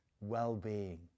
well-being